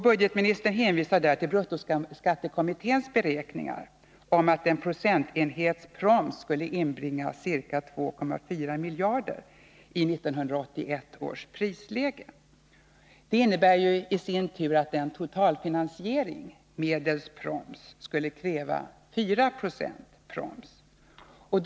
Budgetministern hänvisar till bruttoskattekommitténs beräkningar om att en procentenhets proms skulle inbringa ca 2,4 miljarder kronor i 1981 års prisläge. Det innebär att en totalfinansiering medelst proms skulle kräva ca 4 76 proms.